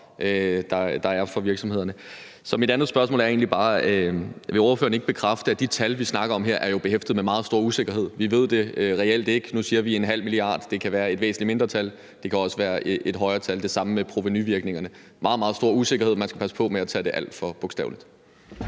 der er for virksomhederne. Så mit andet spørgsmål er egentlig bare: Vil ordføreren ikke bekræfte, at de tal, vi snakker om, jo er behæftet med meget stor usikkerhed? Vi ved det reelt ikke. Nu siger vi 0,5 mia. kr. Det kan være et væsentlig mindre tal, og det kan også være et højere tal. Det samme gælder provenuvirkningerne. Der er meget, meget stor usikkerhed; man skal passe på med at tage det alt for bogstaveligt.